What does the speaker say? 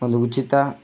ಒಂದು ಉಚಿತ